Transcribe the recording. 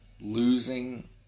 losing